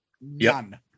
None